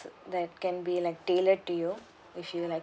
that can be like tailored to you if you like